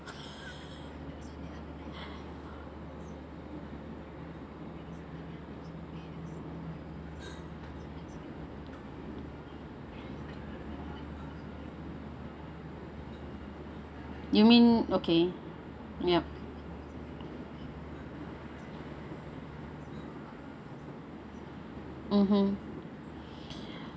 you mean okay yup (uh huh)